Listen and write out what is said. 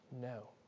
No